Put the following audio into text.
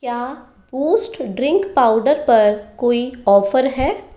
क्या Boost drink powder पर कोई ऑफ़र है